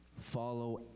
Follow